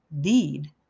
deed